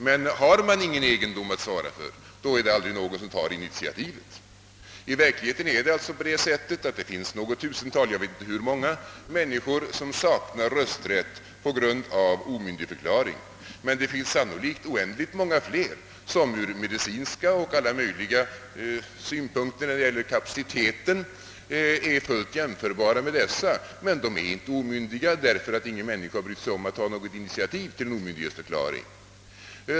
Men har man ingen egendom att svara för så är det ingen som tar ett sådant initiativ. I verkligheten är det alltså på det sättet att det finns något tusental — jag vet inte exakt hur många — människor som saknar rösträtt på grund av omyndigförklaring, men det finns sannolikt oändligt många fler som ur medicinska och andra synpunkter är fullt jämförbara med dessa när det gäller kapaciteten, men de är inte omyndiga, därför att ingen människa har brytt sig om att ta något initiativ till en omyndigförklaring.